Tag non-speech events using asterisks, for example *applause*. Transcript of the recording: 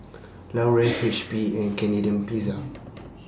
Laurier *noise* H P and Canadian Pizza